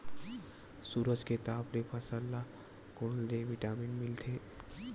सूरज के ताप ले फसल ल कोन ले विटामिन मिल थे?